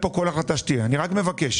בייחוד הכהונה השיפוטית שהיא לא זהה למשרות אחרות.